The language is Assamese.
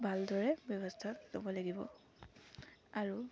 ভালদৰে ব্যৱস্থা ল'ব লাগিব আৰু তাত